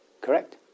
Correct